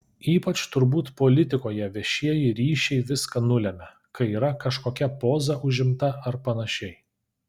ypač turbūt politikoje viešieji ryšiai viską nulemia kai yra kažkokia poza užimta ar panašiai